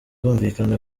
bumvikana